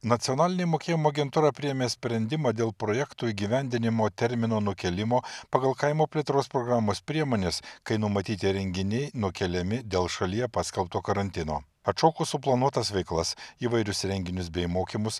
nacionalinė mokėjimo agentūra priėmė sprendimą dėl projektų įgyvendinimo termino nukėlimo pagal kaimo plėtros programos priemones kai numatyti renginiai nukeliami dėl šalyje paskelbto karantino atšaukus suplanuotas veiklas įvairius renginius bei mokymus